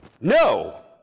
no